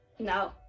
no